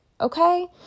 Okay